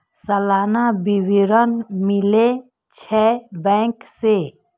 सलाना विवरण मिलै छै बैंक से?